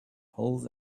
holds